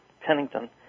Pennington